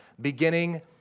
beginning